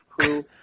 Crew